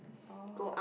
oh